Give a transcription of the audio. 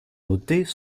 notés